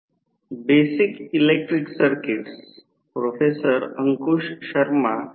तर ही आकृती 200 व्होल्ट च्या कमी व्होल्टेज बाजूला संदर्भित केलेल्या एकल चरण रोहित्राचे समकक्ष मंडल दर्शवते आहे